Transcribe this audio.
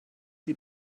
sie